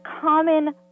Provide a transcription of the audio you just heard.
common